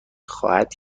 خواهد